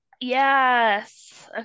Yes